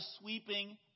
sweeping